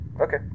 Okay